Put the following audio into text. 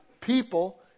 people